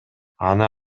аны